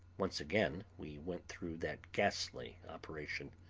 once again we went through that ghastly operation.